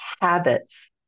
habits